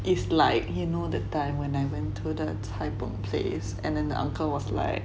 it's like you know the time when I went to the caipng place and then the uncle was like